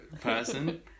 person